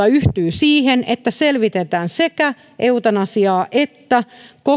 siihen että selvitetään sekä eutanasiaa että koko